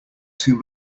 too